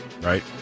right